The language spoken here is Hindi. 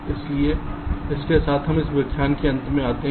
इसलिए इसके साथ हम इस व्याख्यान के अंत में आते हैं